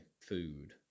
food